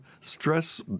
stress